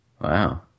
Wow